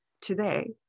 today